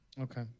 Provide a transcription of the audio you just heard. Okay